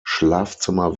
schlafzimmer